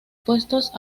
puestos